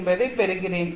என்பதைப் பெறுகிறேன்